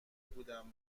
بودم